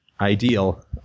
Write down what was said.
ideal